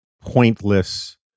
pointless